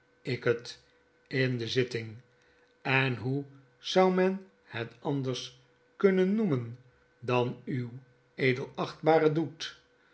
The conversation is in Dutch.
ik het in de zitting en hoe zou men het anders kunnen noemen dan uw edelachtbare doet